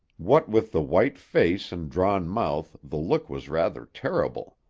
what with the white face and drawn mouth the look was rather terrible.